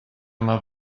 yma